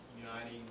uniting